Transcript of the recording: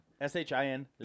S-H-I-N